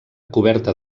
coberta